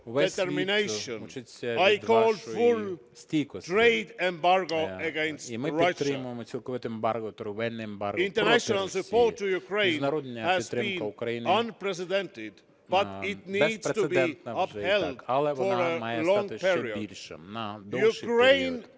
Весь світ вчиться від вашої стійкості, і ми підтримуємо цілковите ембарго, торгівельне ембарго проти Росії. Міжнародна підтримка України безпрецедентна вже і так, але вона має стати ще більшою, на довший період.